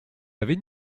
avez